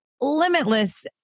limitless